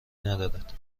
ندارد